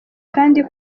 kandi